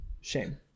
shame